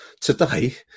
Today